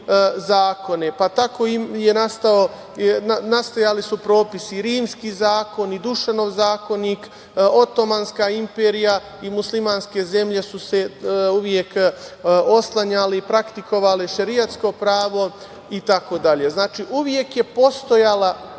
zakone. Tako su nastajali propisi - Rimski zakon, Dušanov zakonik, Otomanska imperija i muslimanske zemlje su se uvek oslanjale i praktikovale šerijatsko pravo itd. Znači, uvek je postojala